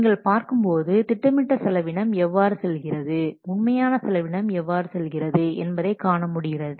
நீங்கள் பார்க்கும் போது திட்டமிட்ட செலவினம் எவ்வாறு செல்கிறது உண்மையான செலவினம் எவ்வாறு செல்கிறது என்பதை காண முடிகிறது